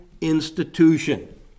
institution